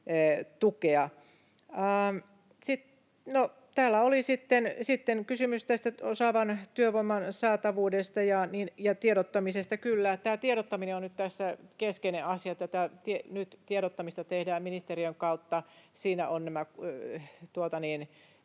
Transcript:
tukea. Täällä oli sitten kysymys osaavan työvoiman saatavuudesta ja tiedottamisesta. Kyllä, tiedottaminen on tässä nyt keskeinen asia. Nyt tiedottamista tehdään ministeriön kautta. Siinä ovat nämä